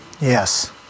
Yes